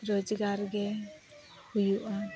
ᱨᱳᱡᱽᱜᱟᱨ ᱜᱮ ᱦᱩᱭᱩᱜᱼᱟ